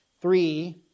Three